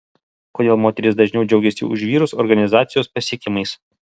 kodėl moterys dažniau džiaugiasi už vyrus organizacijos pasiekimais